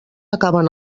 acaben